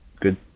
good